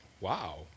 wow